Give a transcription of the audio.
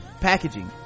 packaging